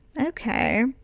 okay